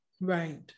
Right